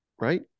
right